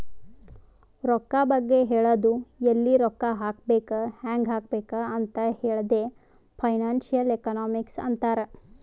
ರೊಕ್ಕಾ ಬಗ್ಗೆ ಹೇಳದು ಎಲ್ಲಿ ರೊಕ್ಕಾ ಹಾಕಬೇಕ ಹ್ಯಾಂಗ್ ಹಾಕಬೇಕ್ ಅಂತ್ ಹೇಳದೆ ಫೈನಾನ್ಸಿಯಲ್ ಎಕನಾಮಿಕ್ಸ್ ಅಂತಾರ್